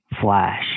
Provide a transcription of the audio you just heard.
flash